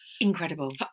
incredible